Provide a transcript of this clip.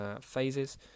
phases